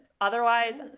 otherwise